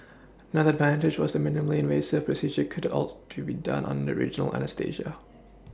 another advantage was the minimally invasive procedure could outs could be done under regional anaesthesia